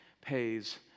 pays